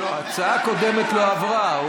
לא, ההצעה הקודמת לא עברה.